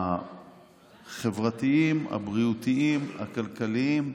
החברתיים, הבריאותיים, הכלכליים,